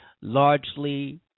largely